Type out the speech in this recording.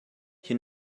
you